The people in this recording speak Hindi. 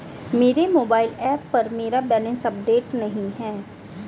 मेरे मोबाइल ऐप पर मेरा बैलेंस अपडेट नहीं है